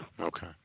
Okay